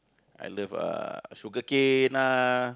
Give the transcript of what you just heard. I love uh sugarcane ah